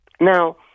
Now